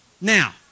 Now